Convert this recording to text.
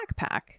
backpack